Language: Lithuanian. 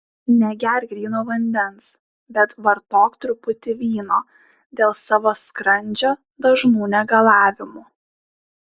negerk gryno vandens bet vartok truputį vyno dėl savo skrandžio dažnų negalavimų